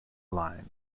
line